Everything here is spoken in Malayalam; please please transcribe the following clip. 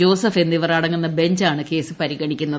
ജോസഫ് എന്നിവർ അടങ്ങുന്ന ബഞ്ചാണ് കേസ് പരിണിക്കുന്നത്